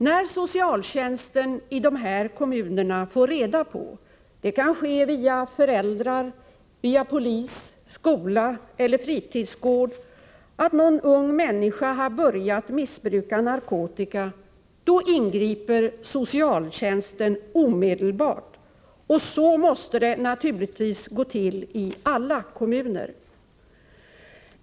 När socialtjänsten i de här kommunerna får reda på — via föräldrar, polis, skola eller fritidsgård — att någon ung människa har börjat missbruka narkotika så ingriper socialtjänsten omedelbart. Så måste det gå till i alla kommuner.